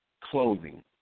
clothing